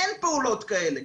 אין פעולות כאלה.